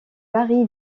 mary